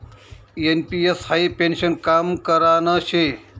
NPS हाई पेन्शननं काम करान शे